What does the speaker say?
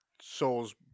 Souls